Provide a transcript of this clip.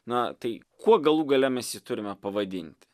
na tai kuo galų gale mes jį turime pavadint